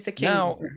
Now